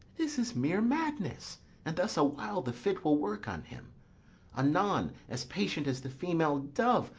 this is mere madness and thus a while the fit will work on him anon, as patient as the female dove,